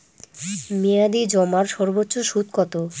মেয়াদি জমার সর্বোচ্চ সুদ কতো?